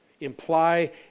imply